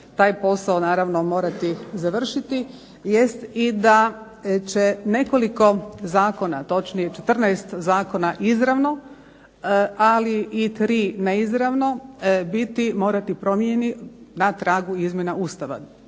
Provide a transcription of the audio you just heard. taj posao naravno morati završiti jest i da će nekoliko zakona, točnije 14 zakona izravno, ali i 3 neizravno biti morati promjeni na tragu izmjena Ustava.